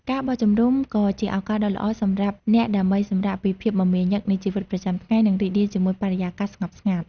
ការបោះជំរុំក៏ជាឱកាសដ៏ល្អសម្រាប់អ្នកដើម្បីសម្រាកពីភាពមមាញឹកនៃជីវិតប្រចាំថ្ងៃ និងរីករាយជាមួយបរិយាកាសស្ងប់ស្ងាត់។